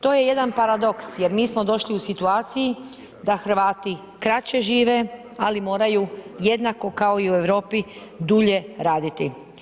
To je jedan paradoks jer mi smo došli u situaciju da Hrvati kraće žive, ali moraju jednako kao i u Europi dulje raditi.